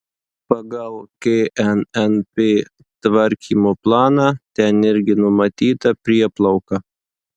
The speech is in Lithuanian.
pagal knnp tvarkymo planą ten irgi numatyta prieplauka